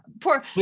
Poor